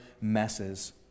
messes